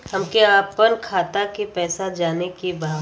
हमके आपन खाता के पैसा जाने के बा